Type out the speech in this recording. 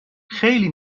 خیلی